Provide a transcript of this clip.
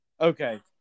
Okay